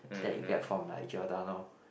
that you get from Giordano